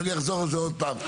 ואני אחזור על זה עוד פעם,